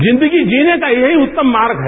जिंदगी जीने का यहीं उत्तम मार्ग है